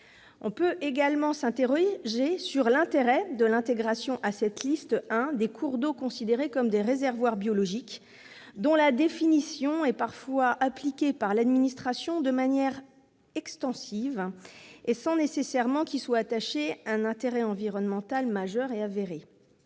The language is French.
On peut également s'interroger sur l'intérêt d'intégrer à cette « liste 1 » des cours d'eau considérés comme « réservoirs biologiques », dont la définition est parfois appliquée par l'administration de manière très extensive, sans qu'y soit nécessairement attaché un intérêt environnemental majeur et avéré.